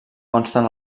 consten